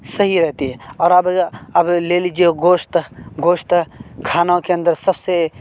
صحیح رہتی ہے اور اب اب لے لیجیے گوشت گوشت کھانوں کے اندر سب سے